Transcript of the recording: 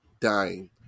dying